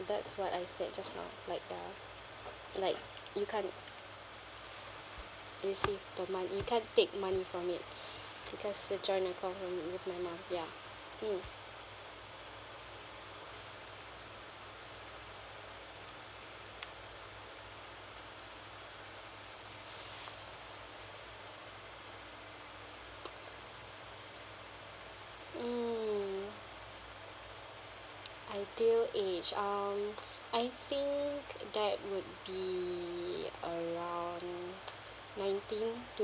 that's what I said just now like ya like you can't receive the money you can't take money from it because it's a joint account with my mum ya mm mm ideal age um I think that would be around nineteen to